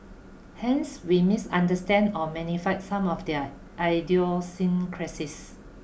hence we misunderstand or magnify some of their idiosyncrasies